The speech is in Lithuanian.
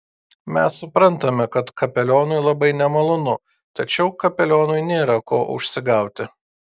mes suprantame kad kapelionui labai nemalonu tačiau kapelionui nėra ko užsigauti